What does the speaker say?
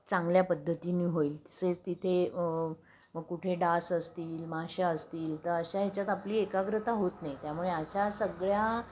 चांगल्या पद्धतीने होईल तसेच तिथे मग कुठे डास असतील माशा असतील तर अशा ह्याच्यात आपली एकाग्रता होत नाही त्यामुळे अशा सगळ्या